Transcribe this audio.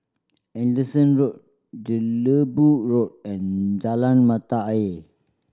Anderson Road Jelebu Road and Jalan Mata Ayer